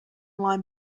line